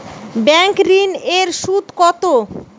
Bank ঋন এর সুদ কত?